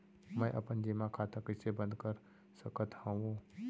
मै अपन जेमा खाता कइसे बन्द कर सकत हओं?